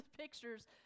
pictures